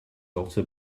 also